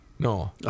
No